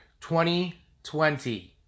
2020